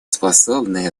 способны